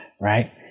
right